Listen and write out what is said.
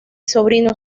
sobrino